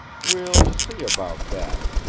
we'll see about that!